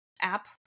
app